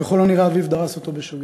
ככל הנראה אביו דרס אותו בשוגג.